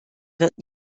wird